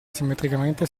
simmetricamente